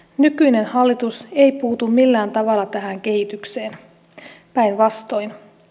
nykyinen hallitus ei puutu millään tavalla tähän kehitykseen päinvastoin